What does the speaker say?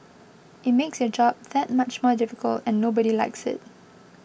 it makes your job that much more difficult and nobody likes it